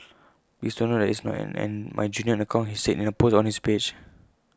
please take note that IT is not an my genuine account he said in A post on his page